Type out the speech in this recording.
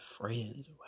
friends